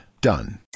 Done